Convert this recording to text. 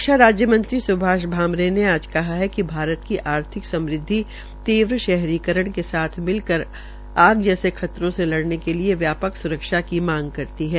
रक्षा राज्य मंत्री स्भाष भामरे ने आज कहा है कि भारत की आर्थिक समृद्वि तीव्र शहरीकरण के साथ मिलकर आग जैसे खतरों से लड़ने के लिये व्यापक स्रक्षा की मांग करती है